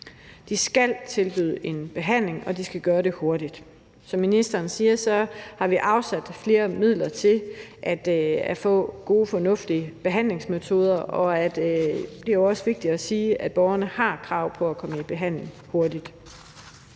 De skal tilbyde en behandling, og de skal gøre det hurtigt. Som ministeren siger, har vi afsat flere midler til at få gode, fornuftige behandlingsmetoder. Og det er også vigtigt at sige, at borgerne har krav på at komme i behandling hurtigt.